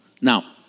Now